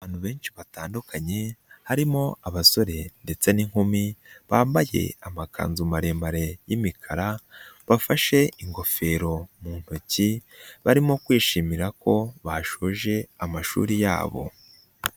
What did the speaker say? Abantu benshi batandukanye, harimo abasore ndetse n'inkumi, bambaye amakanzu maremare y'imikara, bafashe ingofero mu ntoki, barimo kwishimira ko bashoje amashuri yabo.